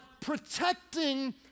protecting